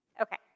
okay